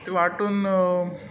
वांटून